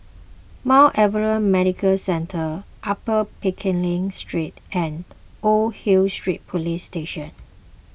Mount Alvernia Medical Centre Upper Pickering Street and Old Hill Street Police Station